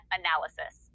analysis